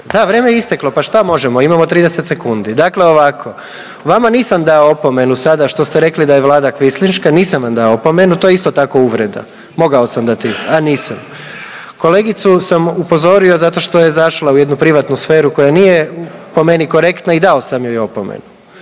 Da, vrijeme je isteklo pa šta možemo imamo 30 sekundi. Dakle ovako, vama nisam dao opomenu sada što ste rekli da je Vlada kvislinška, nisam vam dao opomenu. To je isto tako uvreda. Mogao sam dati, a nisam. Kolegicu sam upozorio zato što je zašla u jednu privatnu sferu koja nije po meni korektna i dao sam joj opomenu.